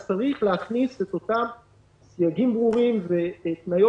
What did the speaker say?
אז צריך להכניס את אותם סייגים ברורים והתניות